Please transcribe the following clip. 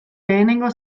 lehenengo